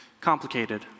complicated